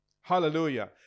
Hallelujah